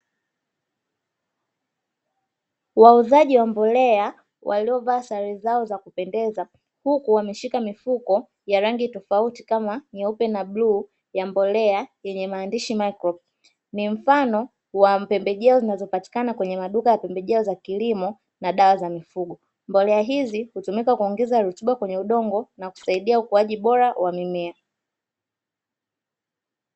Wauzaji wa mbolea waliovaa sare zao za kupendeza huku wameshika mifuko ya rangi tofauti kama nyeupe na bluu ya mbolea yenye maandishi maikropi ni mfano wa pembejeo zinazopatikana kwenye maduka ya pembejeo za kilimo na dawa za mifugo. Mbolea hizi hutumika kuongeza rutuba kwenye udongo na kusaidia ukuaji bora wa mimea.